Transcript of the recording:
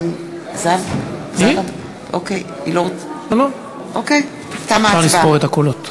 נא לספור את הקולות.